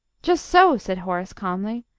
just so, said horace, calmly.